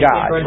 God